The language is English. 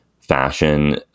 fashion